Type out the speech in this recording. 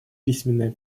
письменные